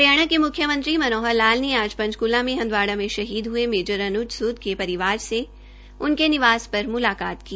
हरियाणा के मुख्यमंत्री मनोहर लाल ने आज पंचकूला में हंदवाड़ा में शहीद हये मेजर अन्ज सूद के परिवार से उनके निवास स्थान पर मुलाकात की